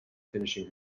finishing